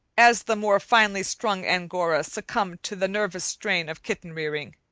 as the more finely strung angora succumbed to the nervous strain of kitten-rearing,